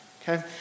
Okay